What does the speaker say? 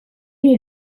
est